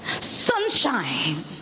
sunshine